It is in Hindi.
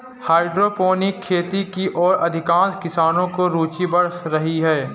हाइड्रोपोनिक खेती की ओर अधिकांश किसानों की रूचि बढ़ रही है